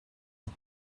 you